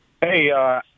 Hey